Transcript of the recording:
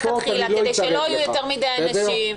מלכתחילה, כדי שלא יהיו יותר מדי נשים.